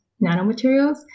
nanomaterials